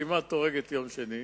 כמעט הורג את יום שני.